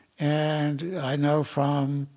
and i know from,